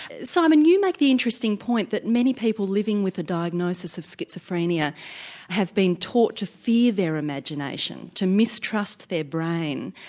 simon, you make the interesting point that many people living with a diagnosis of schizophrenia have been taught to fear their imagination, to mistrust their brain.